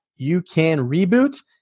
YouCanReboot